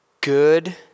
good